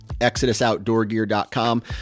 exodusoutdoorgear.com